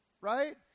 right